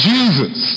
Jesus